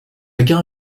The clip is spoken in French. gare